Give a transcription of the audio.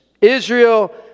Israel